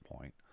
point